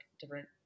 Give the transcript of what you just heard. different